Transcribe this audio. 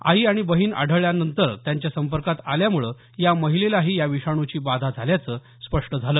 आई आणि बहिण आढळल्यानंतर त्यांच्या संपर्कात आल्यामुळे या महिलेलाही या विषाणूची बाधा झाल्याचं स्पष्ट झालं